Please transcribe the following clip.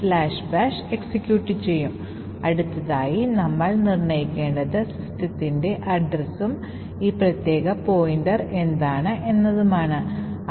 മറുവശത്ത് കാനറി യഥാർത്ഥത്തിൽ മാറിയെന്ന് നമ്മൾ കണ്ടെത്തിയാൽ അതിനർത്ഥം EX OR മൂല്യം പൂജ്യമല്ലാത്ത എന്തെങ്കിലും തിരികെ നൽകുമെന്നും തുടർന്ന് stack chk fail എന്ന ഈ പ്രത്യേക ഫംഗ്ഷനിലേക്ക് ഒരു കോൾ ഉണ്ടെന്നും അർത്ഥമാക്കുന്നു